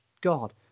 God